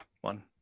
One